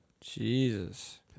Jesus